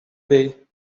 way